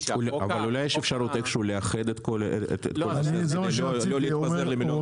אולי יש אפשרות איכשהו לאחד את כל הדברים ולא להתפזר על מיליון חוקים.